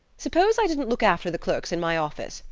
suppose i didn't look after the clerks in my office,